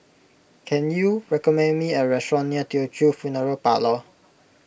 can you recommend me a restaurant near Teochew Funeral Parlour